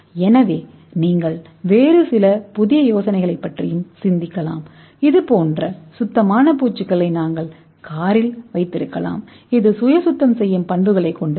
எனவே நீங்கள் வேறு சில புதிய யோசனைகளைப் பற்றியும் சிந்திக்கலாம் இதுபோன்ற சுத்தமான பூச்சுகளை நாங்கள் காரில் வைத்திருக்கலாம் இது சுய சுத்தம் செய்யும் சொத்துக்களைக் கொண்டிருக்கும்